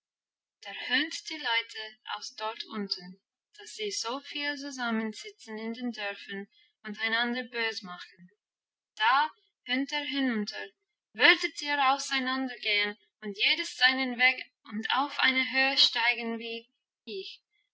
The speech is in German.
der höhnt die leute aus dort unten dass sie so viele zusammensitzen in den dörfern und einander bös machen da höhnt er hinunter würdet ihr auseinander gehen und jedes seinen weg und auf eine höhe steigen wie ich